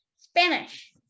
Spanish